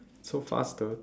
so fast the